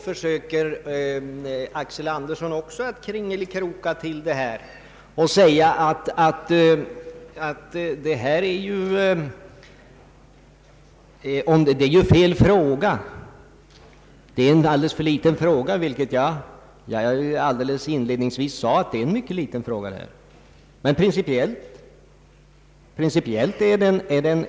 Herr Axel Andersson försökte sedan kringelikroka till detta och sade att det var fel fråga och en alldeles för liten fråga. Jag sade inledningsvis att det är en materiellt liten men principiellt ganska stor fråga.